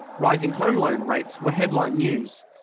rising home loan rates were headline news.